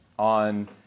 on